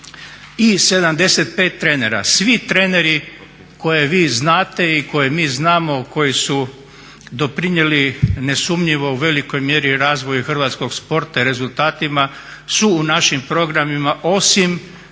i 75 trenera. Svi treneri koje vi znate i koje mi znamo koji su doprinijeli nesumnjivo u velikoj mjeri razvoju hrvatskog sporta i rezultatima su u našim programima osim